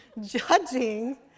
judging